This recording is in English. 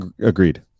Agreed